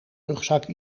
rugzak